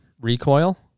recoil